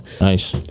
Nice